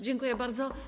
Dziękuję bardzo.